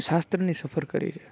શાસ્ત્રની સફર કરી છે